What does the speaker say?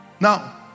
Now